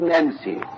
Nancy